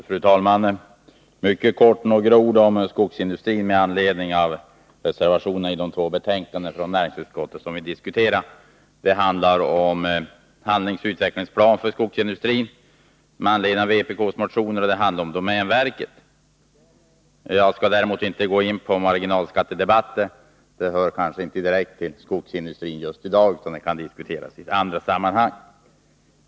Fru talman! Mycket kort om skogsindustrin med anledning av reservationer i de två betänkanden från näringsutskottet som vi behandlar. Det gäller handlingsoch utvecklingsplan för skogsindustrin med anledning av vpk:s motioner, och det gäller domänverket. Jag skall däremot inte gå in på en debatt om marginalskatten — den hör kanske inte direkt till frågorna om skogsindustrin just i dag utan kan diskuteras i andra sammanhang.